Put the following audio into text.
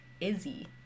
Izzy